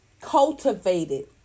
cultivated